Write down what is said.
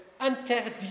interdit